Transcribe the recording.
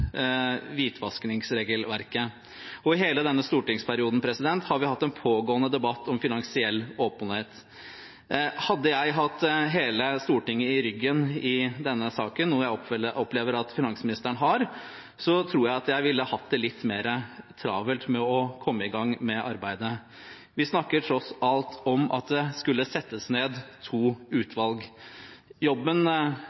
hvitvaskingsregelverket, og i hele denne stortingsperioden har vi hatt en pågående debatt om finansiell åpenhet. Hadde jeg hatt hele Stortinget i ryggen i denne saken, noe jeg opplever at finansministeren har, tror jeg at jeg ville hatt det litt mer travelt med å komme i gang med arbeidet. Vi snakker tross alt bare om at det skal settes ned to